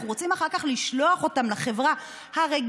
אנחנו רוצים אחר כך לשלוח אותם לחברה הרגילה